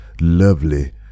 lovely